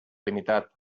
limitat